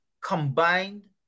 combined